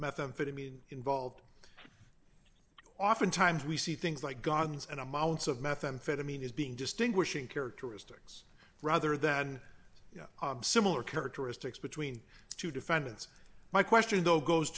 methamphetamine involved oftentimes we see things like guns and amounts of methamphetamine is being distinguishing characteristics rather than similar characteristics between two defendants my question though goes